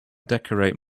decorate